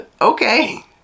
Okay